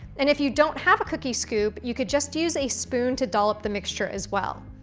and, if you don't have a cookie scoop, you could just use a spoon to dollop the mixture, as well.